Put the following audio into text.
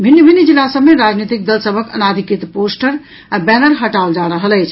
भिन्न भिन्न जिला सभ मे राजनीतिक दल सभक अनाधिकृत पोस्टर आ बैनर हटाओल जा रहल अछि